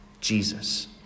Jesus